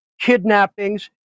kidnappings